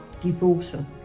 devotion